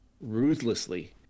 Ruthlessly